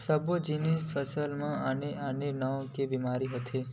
सब्बो जिनिस फसल म आने आने नाव के बेमारी होथे